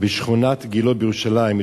בשכונת גילה בירושלים.